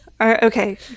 Okay